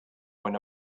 when